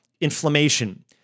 inflammation